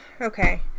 okay